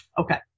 Okay